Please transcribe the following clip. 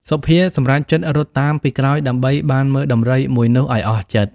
សុភាសម្រេចចិត្តរត់តាមពីក្រោយដើម្បីបានមើលដំរីមួយនោះឱ្យអស់ចិត្ត ។